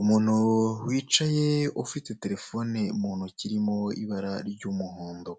Umuntu wicaye ufite terefone mu ntoki irimo ibara ry'umuhondo.